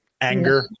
Anger